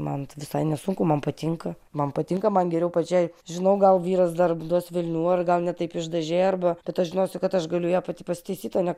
man visai nesunku man patinka man patinka man geriau pačiai žinau gal vyras dar duos velnių ar gal ne taip išdažei arba bet aš žinosiu kad aš galiu ją pati pasitaisyt o ne